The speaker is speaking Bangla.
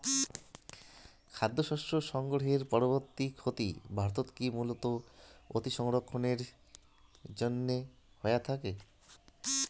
খাদ্যশস্য সংগ্রহের পরবর্তী ক্ষতি ভারতত কি মূলতঃ অতিসংরক্ষণের জিনে হয়ে থাকে?